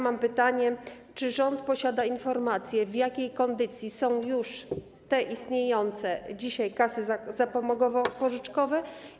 Mam pytanie: Czy rząd posiada informację, w jakiej kondycji są już te istniejące dzisiaj kasy zapomogowo-pożyczkowe?